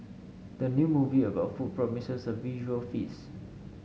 the new movie about food promises a visual feast